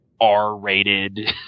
r-rated